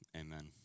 Amen